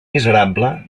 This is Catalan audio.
miserable